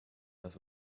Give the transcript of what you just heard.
das